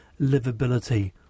livability